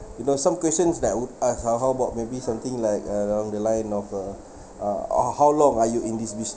you know some questions that I would ask ah how about maybe something like along the line of uh uh ah how long are you in this business